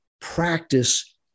Practice